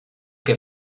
què